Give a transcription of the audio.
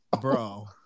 Bro